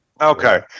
Okay